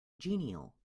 genial